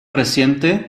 reciente